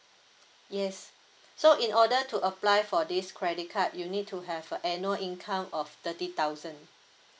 yes so in order to apply for this credit card you need to have annual income of thirty thousand